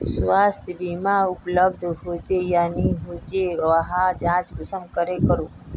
स्वास्थ्य बीमा उपलब्ध होचे या नी होचे वहार जाँच कुंसम करे करूम?